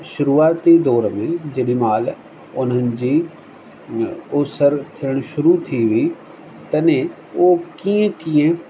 शुरुआती दौर में जेॾी महिल उन्हनि जी ऊसर थियण शुरु थी हुई तॾहिं उहो कीअं कीअं